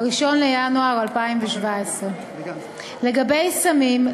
1 בינואר 2017. לגבי סמים,